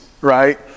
right